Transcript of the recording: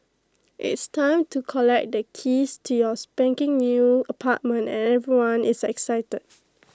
it's time to collect the keys to your spanking new apartment and everyone is excited